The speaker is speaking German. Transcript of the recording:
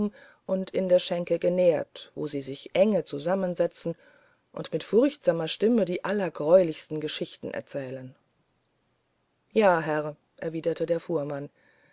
und in der schenke genährt wo sie sich enge zusammensetzen und mit furchtsamer stimme die allergreulichsten geschichten erzählen ja herr erwiderte der fuhrmann